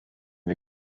wir